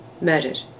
murdered